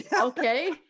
Okay